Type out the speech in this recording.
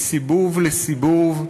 מסיבוב לסיבוב,